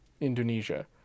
Indonesia